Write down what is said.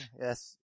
Yes